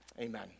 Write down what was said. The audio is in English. Amen